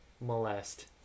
molest